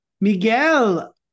Miguel